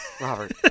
Robert